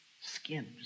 skin